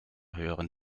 höheren